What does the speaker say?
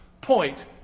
point